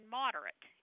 moderate